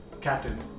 captain